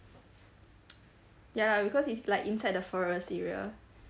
ya lah because it's like inside the forest area